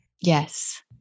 Yes